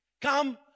Come